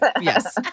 Yes